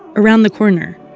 around the corner.